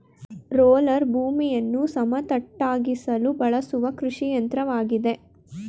roller ಭೂಮಿಯನ್ನು ಸಮತಟ್ಟಾಗಿಸಲು ಬಳಸುವ ಕೃಷಿಯಂತ್ರವಾಗಿದೆ